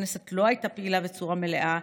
הכנסת לא הייתה פעילה בצורה מלאה,